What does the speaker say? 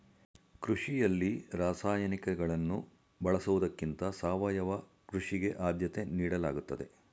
ಕೃಷಿಯಲ್ಲಿ ರಾಸಾಯನಿಕಗಳನ್ನು ಬಳಸುವುದಕ್ಕಿಂತ ಸಾವಯವ ಕೃಷಿಗೆ ಆದ್ಯತೆ ನೀಡಲಾಗುತ್ತದೆ